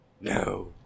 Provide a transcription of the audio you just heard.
No